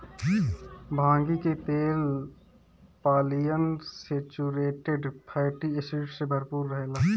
भांगी के तेल पालियन सैचुरेटेड फैटी एसिड से भरपूर रहेला